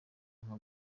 nka